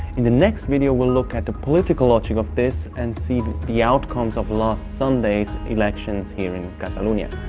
in the next video we'll look at the political logic of this and see the the outcome of last sunday's elections here in cataluna.